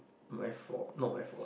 my fault not my fault